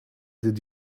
did